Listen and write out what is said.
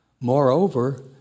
Moreover